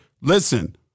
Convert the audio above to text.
Listen